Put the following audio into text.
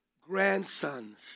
grandsons